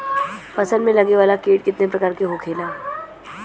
फसल में लगे वाला कीट कितने प्रकार के होखेला?